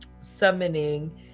summoning